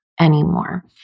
anymore